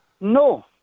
No